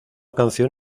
canción